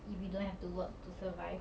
if we don't have to work to survive